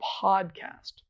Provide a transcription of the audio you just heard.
podcast